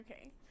Okay